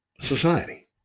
society